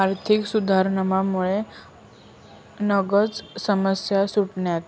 आर्थिक सुधारसनामुये गनच समस्या सुटण्यात